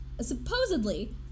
supposedly